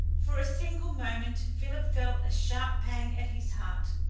for a single moment philip felt a sharp pang at his heart.